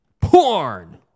porn